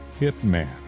hitman